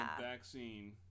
vaccine